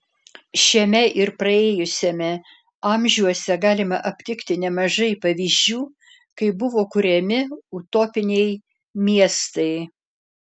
šiame ir praėjusiame amžiuose galima aptikti nemažai pavyzdžių kai buvo kuriami utopiniai miestai